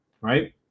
Right